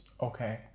Okay